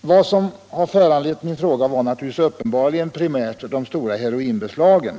Vad som har föranlett min fråga är naturligtvis primärt de stora heroinbeslagen.